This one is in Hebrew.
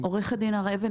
עורכת הדין הר אבן,